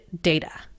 data